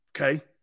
Okay